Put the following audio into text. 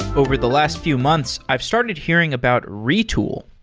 over the last few months, i've started hearing about retool.